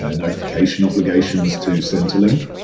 ah notification obligations to centrelink.